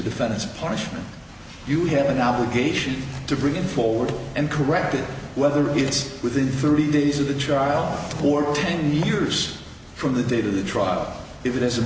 defendant's punishment you have an obligation to bring him forward and correct it whether it's within thirty days of the trial for ten years from the date of the trial if this a